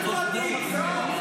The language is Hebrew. אל תשכח מסוקים בצורת איקס.